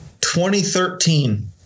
2013